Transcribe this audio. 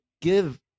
give